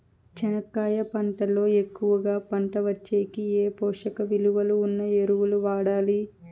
చెనక్కాయ పంట లో ఎక్కువగా పంట వచ్చేకి ఏ పోషక విలువలు ఉన్న ఎరువులు వాడాలి?